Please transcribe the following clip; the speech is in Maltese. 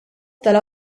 tal